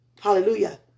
Hallelujah